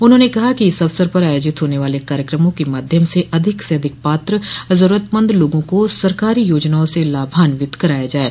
उन्होंने कहा कि इस अवसर पर आयोजित होने वाले कार्यक्रमों के माध्यम से अधिक से अधिक पात्र जरूरतमंद लोगों को सरकारी योजनाओं से लाभान्वित कराया जाये